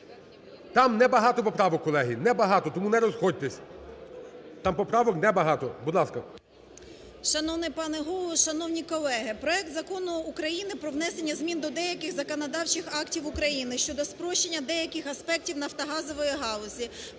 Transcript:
Там небагато поправок, колеги, небагато, тому не розходьтесь. Там поправок небагато. Будь ласка.